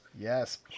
Yes